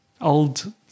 old